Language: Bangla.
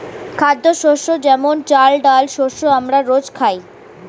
খাদ্যশস্য যেমন চাল, ডাল শস্য আমরা রোজ খাই